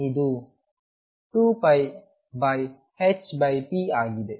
ಇದು 2 hp ಆಗಿದೆ